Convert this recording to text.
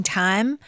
time